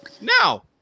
Now